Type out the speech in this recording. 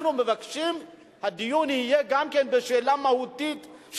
אנחנו מבקשים שהדיון יהיה גם בשאלה המהותית,